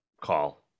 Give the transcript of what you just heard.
call